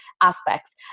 aspects